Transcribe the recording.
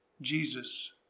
Jesus